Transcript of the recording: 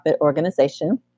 Organization